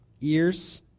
ears